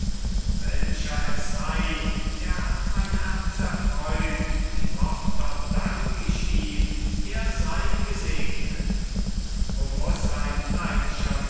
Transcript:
welcher es sei er hat mein herz erfreut die tochter dank ich ihm er sei gesegnet o muß ein